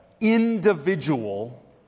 individual